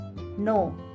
no